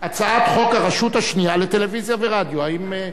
הצעת חוק הרשות השנייה לטלוויזיה ורדיו (תיקון מס' 37). האם,